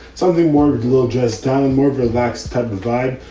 something worked, a little dress down and more relaxed type of vibe.